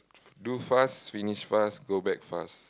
do fast finish fast go back fast